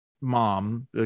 mom